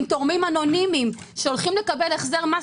עם תורמים אנונימיים שהולכים לקבל החזר מס,